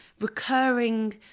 recurring